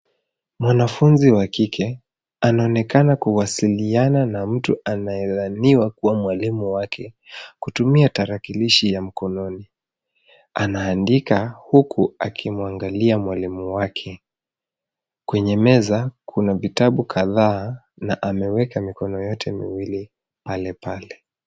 Mwanafunzi wa kike anaonekana kuwasiliana na mtu anayedhaniwa kuwa mwalimu wake, kutumia tarakilishi ya mkononi. Anaandika huku akimuangalia mwalimu wake. Kwenye meza, kuna vitabu kadhaa na ameweka mikono yote miwili pale pale.